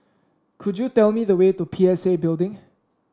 could you tell me the way to P S A Building